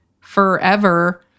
forever